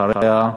אחריה,